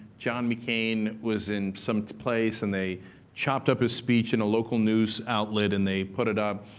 john mccain was in some place, and they chopped up his speech in a local news outlet, and they put it up.